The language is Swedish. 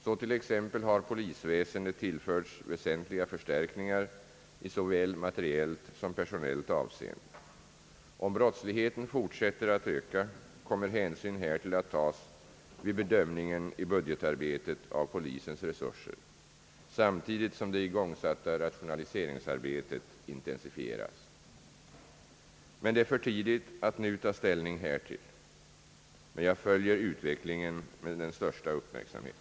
Så t.ex. har polisväsendet tillförts väsentliga förstärkningar i såväl materiellt som personellt avseende. Om brottsligheten fortsätter att öka, kommer hänsyn härtill att tas i budgetarbetet vid bedömningen av polisens resurser, samtidigt som det igångsatta rationaliseringsarbetet intensifieras. Det är emellertid för tidigt att nu ta ställning härtill men jag följer utvecklingen med största uppmärksamhet.